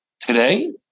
Today